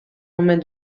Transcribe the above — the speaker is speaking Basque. omen